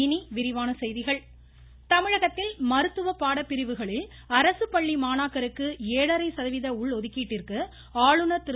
இனி விரிவான செய்திகள் பன்வாரிலால் புரோஹித் தமிழகத்தில் மருத்துவ பாடப்பிரிவுகளில் அரசு பள்ளி மாணாக்கருக்கு ஏழரை சதவிகித உள் ஒதுக்கீட்டிற்கு ஆளுநா் திரு